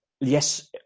yes